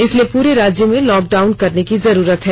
इसलिए पूरे राज्य में लॉकडाउन करने की जरूरत है